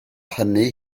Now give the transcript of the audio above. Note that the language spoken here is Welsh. hynny